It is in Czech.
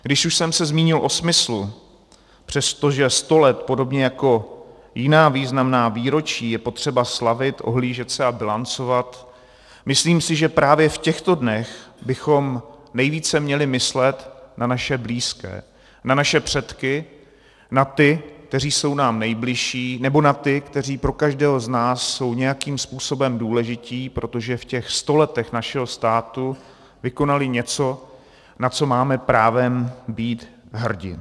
Když už jsem se zmínil o smyslu, přestože sto let podobně jako jiná významná výročí je potřeba slavit, ohlížet se a bilancovat, myslím si, že právě v těchto dnech bychom nejvíce měli myslet na naše blízké, na naše předky, na ty, kteří jsou nám nejbližší nebo na ty, kteří pro každého z nás jsou nějakým způsobem důležití, protože v těch sto letech našeho státu vykonali něco, na co máme právem být hrdi.